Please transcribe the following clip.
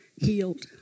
healed